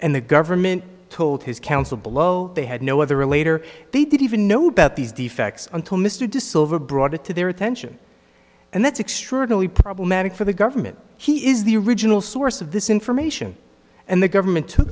and the government told his council below they had no other relator they didn't even know about these defects until mr disavow brought it to their attention and that's extraordinary problematic for the government he is the original source of this information and the government to